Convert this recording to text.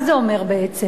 מה זה אומר בעצם?